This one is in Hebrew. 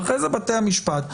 ואחרי זה בתי המשפט,